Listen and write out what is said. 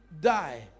die